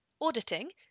Auditing